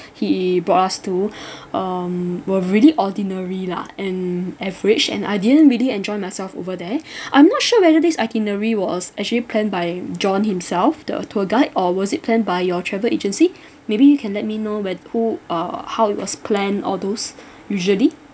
he brought us to um were really ordinary lah and average and I didn't really enjoy myself over there I'm not sure whether this itinerary was actually planned by john himself the tour guide or was it planned by your travel agency maybe you can let me know when who uh how it was planned all those usually